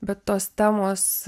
bet tos temos